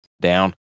down